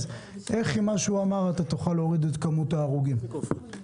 איך אתה תוכל להוריד את כמות ההרוגים עם מה שהוא תיאר לנו?